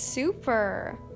super